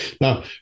Now